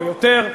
או יותר,